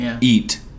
eat